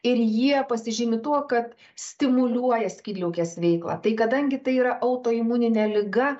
ir jie pasižymi tuo kad stimuliuoja skydliaukės veiklą tai kadangi tai yra autoimuninė liga